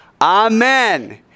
Amen